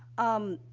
um,